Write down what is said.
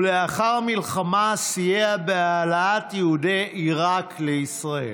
ולאחר המלחמה סייע בהעלאת יהודי עיראק לישראל.